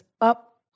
up